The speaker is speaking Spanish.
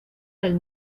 del